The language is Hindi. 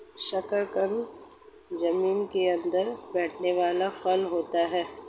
शकरकंद जमीन के अंदर बैठने वाला फल होता है